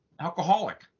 alcoholic